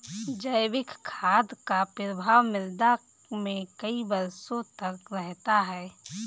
जैविक खाद का प्रभाव मृदा में कई वर्षों तक रहता है